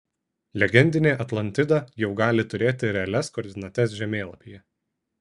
legendinė atlantida jau gali turėti realias koordinates žemėlapyje